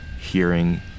hearing